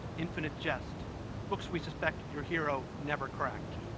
infinite jest books we suspect your hero never cracked.